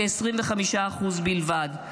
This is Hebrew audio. כ-25% בלבד.